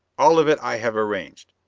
all of it i have arranged.